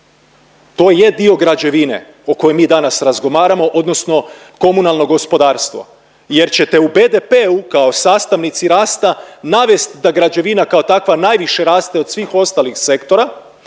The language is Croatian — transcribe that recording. To je dio građevine o kojoj mi danas razgovaramo odnosno komunalno gospodarstvo jer ćete u BDP-u kao sastavnici rasta navest da građevina kao takva najviše raste od svih ostalih sektora,